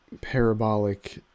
parabolic